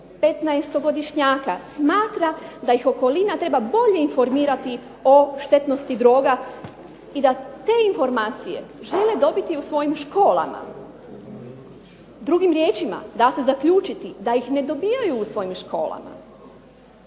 15-godišnjaka smatra da okolina treba bolje informirati o štetnosti droga i da te informacije žele dobiti u svojim školama. Drugim riječima da se zaključiti da ih ne dobijaju u svojim školama.